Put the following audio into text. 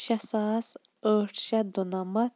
شےٚ ساس ٲٹھ شیٚتھ دُنَمَتھ